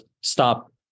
stop